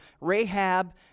Rahab